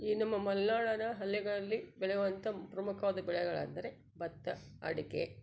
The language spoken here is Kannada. ಈ ನಮ್ಮ ಮಲ್ನಾಡಿನ ಹಳ್ಳಿಗಳಲ್ಲಿ ಬೆಳೆಯುವಂಥ ಪ್ರಮುಖವಾದ ಬೆಳೆಗಳೆಂದರೆ ಭತ್ತ ಅಡಿಕೆ